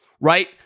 right